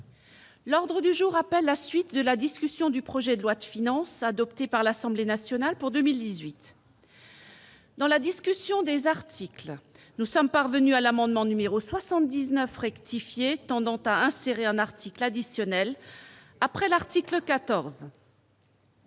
L'ordre du jour appelle la suite de la discussion du projet de loi de finances adoptées par l'Assemblée nationale pour 2018. Dans la discussion des articles, nous sommes parvenus à l'amendement numéro 79 rectifier tant tendant ta inséré un article additionnel après l'article 14.